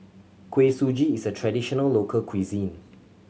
Kuih Suji is a traditional local cuisine